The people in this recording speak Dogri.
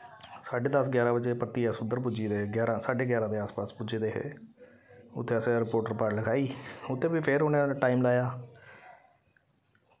साड्डे दस ग्यारां बजे परतियै अस उद्धर पुज्जी गेदे हे ग्यारां साड्डे ग्यारां दे आस पास पुज्जी दे हे उत्थै असें रपोट रपाट लखाई उत्थै बी फिर उ'नें टाईम लाया